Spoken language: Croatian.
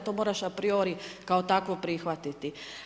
To moraš a priori kao takvo prihvatiti.